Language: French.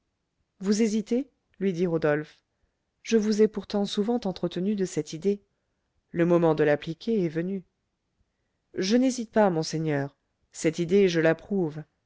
vous hésitez lui dit rodolphe je vous ai pourtant souvent entretenu de cette idée le moment de l'appliquer est venu je n'hésite pas monseigneur cette idée je l'approuve